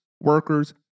workers